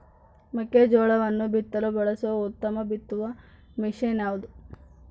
ಮೆಕ್ಕೆಜೋಳವನ್ನು ಬಿತ್ತಲು ಬಳಸುವ ಉತ್ತಮ ಬಿತ್ತುವ ಮಷೇನ್ ಯಾವುದು?